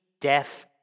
death